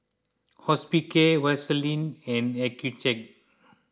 Hospicare Vaselin and Accucheck